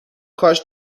کاش